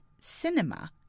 cinema